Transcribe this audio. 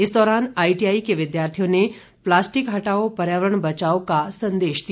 इस दौरान आईटीआई के विद्यार्थियों ने प्लास्टिक हटाओ पर्यावरण बचाओ का संदेश दिया